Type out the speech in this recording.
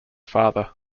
father